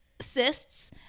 cysts